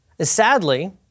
Sadly